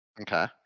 Okay